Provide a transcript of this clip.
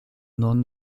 nom